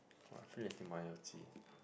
[wah] feel like eating ma you ji